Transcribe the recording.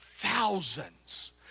thousands